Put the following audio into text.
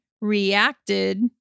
reacted